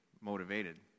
motivated